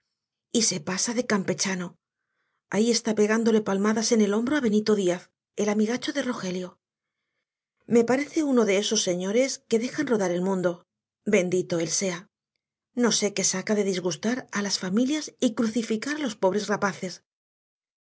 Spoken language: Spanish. y se pasa de campechano ahí está pegándole palmadas en el hombro á benito díaz el amigacho de rogelio me parece uno de esos señores que dejan rodar el mundo bendito él sea no sé qué se saca de disgustar á las familias y crucificar á los pobres rapaces